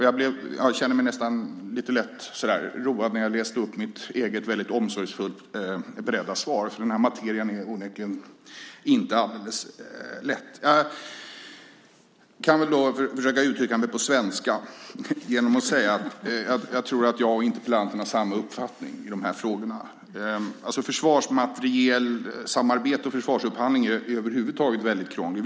Jag kände mig nästan lite road när jag läste upp mitt eget omsorgsfullt beredda svar, för den här materien är verkligen inte alldeles lätt. Jag ska försöka uttrycka mig på svenska och säga att jag tror att jag och interpellanten har samma uppfattning i de här frågorna. Försvarsmaterielssamarbete och försvarsupphandling är över huvud taget mycket krångligt.